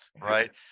right